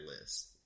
list